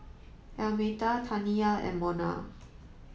Almeta Taniya and Mona